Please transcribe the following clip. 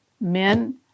Men